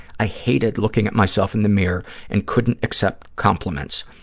i hated looking at myself in the mirror and couldn't accept compliments.